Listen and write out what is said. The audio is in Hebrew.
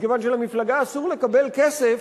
מכיוון שלמפלגה אסור לקבל כסף